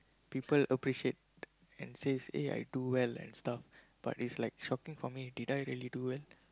people appreciate and say eh I do well and stuff but it's like shocking for me did I really do well